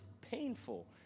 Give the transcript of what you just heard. painful